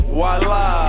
Voila